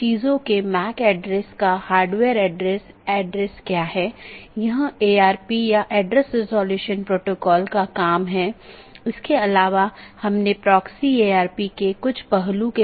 दूसरे अर्थ में हमारे पूरे नेटवर्क को कई ऑटॉनमस सिस्टम में विभाजित किया गया है जिसमें कई नेटवर्क और राउटर शामिल हैं जो ऑटॉनमस सिस्टम की पूरी जानकारी का ध्यान रखते हैं हमने देखा है कि वहाँ एक बैकबोन एरिया राउटर है जो सभी प्रकार की चीजों का ध्यान रखता है